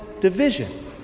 division